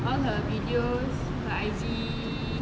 all her videos her I_G